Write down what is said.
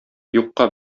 юкка